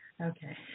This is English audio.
Okay